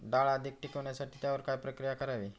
डाळ अधिक टिकवण्यासाठी त्यावर काय प्रक्रिया करावी?